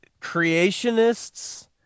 creationists